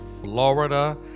Florida